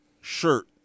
shirt